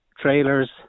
trailers